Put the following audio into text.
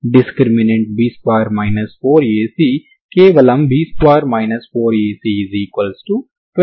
discriminant B2 4AC